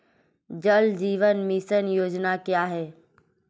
जल जीवन मिशन योजना क्या है?